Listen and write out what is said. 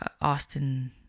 Austin